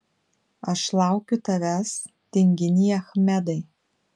aš laukiu tavęs tinginy achmedai